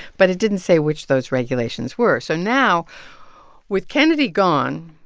but it didn't say which those regulations were, so now with kennedy gone,